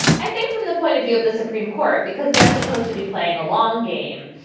i think from the point of view of the supreme court, because they're supposed to be playing a long game,